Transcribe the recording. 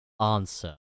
answer